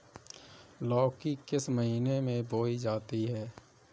लौकी किस महीने में बोई जाती है?